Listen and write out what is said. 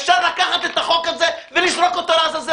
אפשר לקחת את החוק הזה ולזרוק אותו לעזאזל.